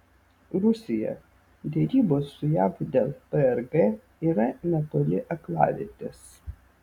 rusija derybos su jav dėl prg yra netoli aklavietės